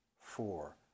four